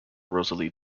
rosalie